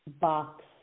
box